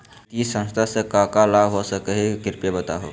वित्तीय संस्था से का का लाभ हो सके हई कृपया बताहू?